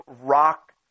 rock